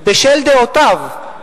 בשל דעותיו.